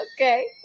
Okay